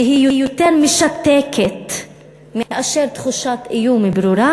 שהיא יותר משתקת מאשר תחושת איום ברורה.